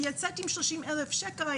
ויצאתי עם 30,000 שקל.